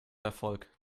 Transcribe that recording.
erfolg